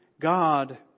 God